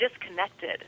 disconnected